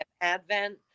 Advent